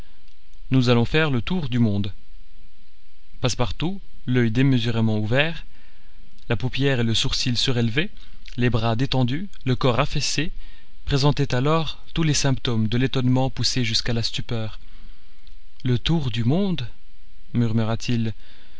nous allons faire le tour du monde passepartout l'oeil démesurément ouvert la paupière et le sourcil surélevés les bras détendus le corps affaissé présentait alors tous les symptômes de l'étonnement poussé jusqu'à la stupeur le tour du monde